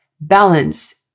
balance